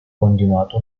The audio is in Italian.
continuato